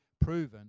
proven